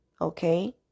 Okay